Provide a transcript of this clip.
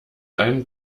einem